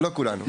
לא כולנו,